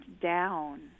down